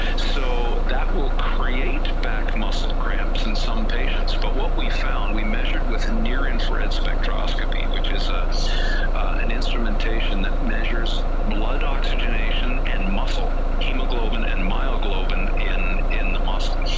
so that will create back muscle cramps in some patients, but what we found, we measured with near infrared spectroscopy, which is ah and instrumentation that measures blood oxygenation and muscle, hemoglobin and myoglobin in in the muscle,